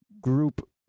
group